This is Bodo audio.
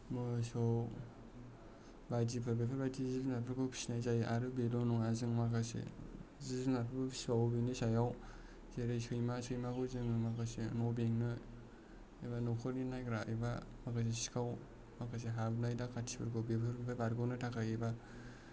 मोसौ बायदिफोर बेफोरबायदि जुनारफोरखौ फिसिनाय जायो आरो बेल' नङा जों माखासे जिब जुनारफोरखौ फिसिबावो बेनि सायाव जेरै सैमा सैमाखौ जोङो माखासे न' बेंनो एबा न'खरनि नायग्रा एबा माबायदि सिखाव माखासे हाबनाय दाखाथिफोरखौ बेफोरनिफ्राय बारग'नो थाखाय एबा